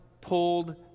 pulled